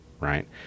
right